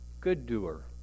good-doer